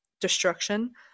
destruction